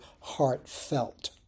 heartfelt